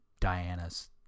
Diana's